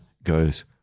goes